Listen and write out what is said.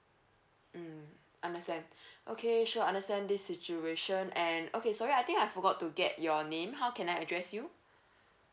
mm understand okay sure understand this situation and okay sorry I think I forgot to get your name how can I address you